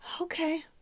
Okay